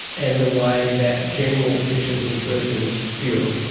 and the way that general physicians and surgeons view it.